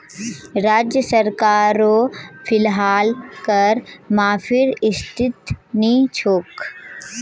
राज्य सरकारो फिलहाल कर माफीर स्थितित नी छोक